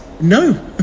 no